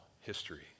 history